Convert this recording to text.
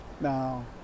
now